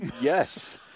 Yes